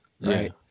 Right